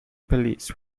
police